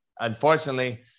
unfortunately